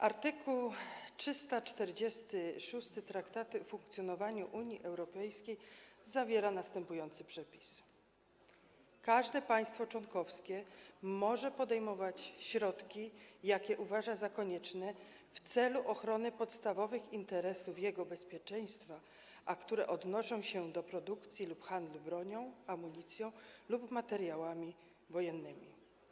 Artykuł 346 Traktatu o funkcjonowaniu Unii Europejskiej zawiera następujący przepis: każde państwo członkowskie może podejmować środki, jakie uważa za konieczne w celu ochrony podstawowych interesów jego bezpieczeństwa, a które odnoszą się do produkcji lub handlu bronią, amunicją lub materiałami wojennymi.